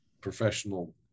professional